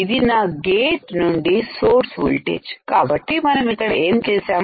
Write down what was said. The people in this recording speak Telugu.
ఇది నా గేటు నుండి సోర్స్ఓల్టేజ్ కాబట్టి మనం ఇక్కడ ఏం చేశాం